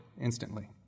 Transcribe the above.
instantly